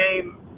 game